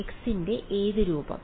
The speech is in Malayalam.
വിദ്യാർത്ഥി x ന്റെ ഏത് രൂപമാണ്